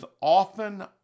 often